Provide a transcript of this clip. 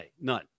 None